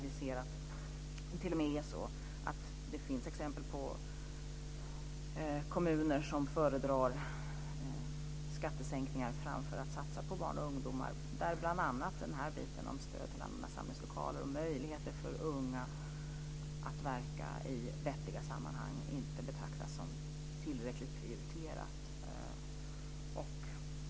Vi kan t.o.m. se exempel på kommuner som föredrar skattesänkningar framför att satsa på barn och ungdomar. Den här biten, med stöd till allmänna samlingslokaler och möjligheter för unga att verka i vettiga sammanhang, betraktas inte som tillräckligt prioriterad.